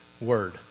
word